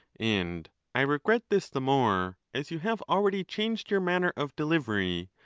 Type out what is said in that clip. and i regret this the more, as you have already changed your manner of delivery,